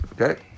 Okay